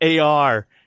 AR